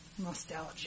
nostalgia